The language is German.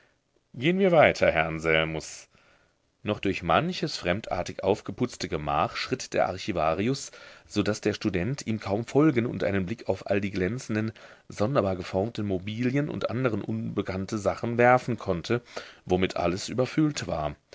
gehen wir weiter herr anselmus noch durch manches fremdartig aufgeputzte gemach schritt der archivarius so daß der student ihm kaum folgen und einen blick auf all die glänzenden sonderbar geformten mobilien und andere unbekannte sachen werfen konnte womit alles überfüllt war